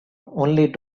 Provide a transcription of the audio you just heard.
only